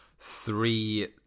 Three